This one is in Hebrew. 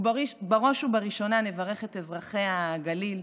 בראש ובראשונה נברך את אזרחי הגליל,